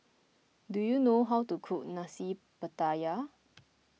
do you know how to cook Nasi Pattaya